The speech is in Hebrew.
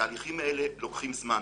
התהליכים האלה הלוקחים זמן.